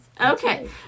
okay